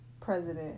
president